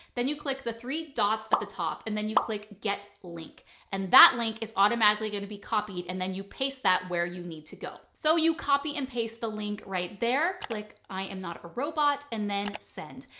then you click the three dots at but the top and then you click get link and that link is automatically going to be copied. and then you paste that where you need to go. so you copy and paste the link right there, like i am not a robot and then send.